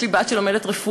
יש לי בת שלומדת רפואה,